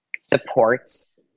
supports